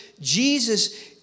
Jesus